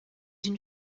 une